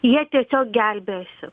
jie tiesiog gelbėjosi